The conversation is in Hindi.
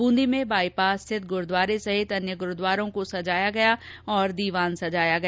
बुंदी में बाई पास स्थित गुरदवारे सहित अन्य गुरू द्वारा को सजाया गया और दीवान सजाया गया